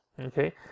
Okay